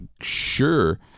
sure –